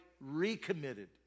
recommitted